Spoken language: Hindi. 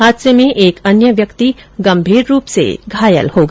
हादसे में एक व्यक्ति गंभीर रूप से घायल हो गया